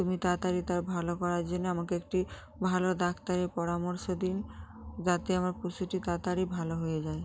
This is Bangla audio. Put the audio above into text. তুমি তাড়াতাড়ি তার ভালো করার জন্য আমাকে একটি ভালো ডাক্তারের পরামর্শ দিন যাতে আমার পশুটি তাড়াতাড়ি ভালো হয়ে যায়